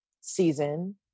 season